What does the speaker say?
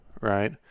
right